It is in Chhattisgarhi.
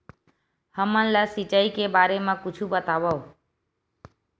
हमन ला सिंचाई के बारे मा कुछु बतावव?